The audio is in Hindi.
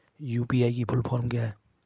यू.पी.आई की फुल फॉर्म क्या है?